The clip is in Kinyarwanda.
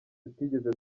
tutigeze